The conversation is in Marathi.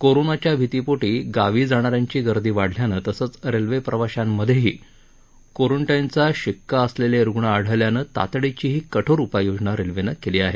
कोरोनाच्या भितीपोटी गावी जाणा यांची गर्दी वाढल्यानं तसंच रेल्वेप्रवाशांमधेही कोरोन्टाईनचा शिक्का असलेले रुग्ण आढल्यानं तातडीचीच ही कठोर उपाययोजना रेल्वेनं केली आहे